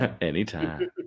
Anytime